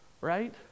right